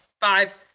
five